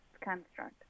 construct